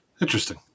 Interesting